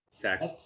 Tax